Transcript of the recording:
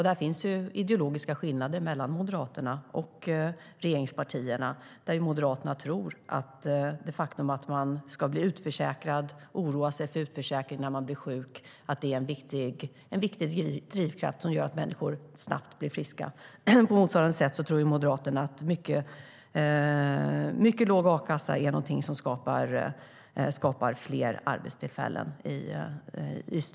Där finns ideologiska skillnader mellan Moderaterna och regeringspartierna. Moderaterna tror att det faktum att man ska oroa sig för utförsäkring när man blir sjuk är en viktig drivkraft som gör att människor snabbt blir friska. På motsvarande sätt tror Moderaterna att en mycket låg a-kassa är något som skapar fler arbetstillfällen.